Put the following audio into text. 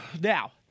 now